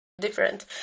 different